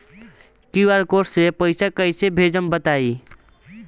QR code से पईसा कईसे भेजब बताई?